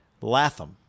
Latham